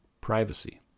Privacy